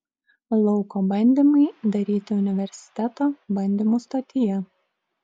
lauko bandymai daryti universiteto bandymų stotyje